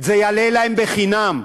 יעלה להן, חינם,